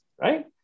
Right